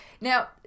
now